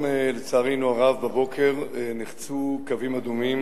לצערנו הרב, היום בבוקר נחצו קווים אדומים